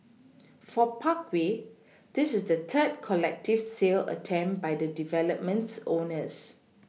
for Parkway this is the third collective sale attempt by the development's owners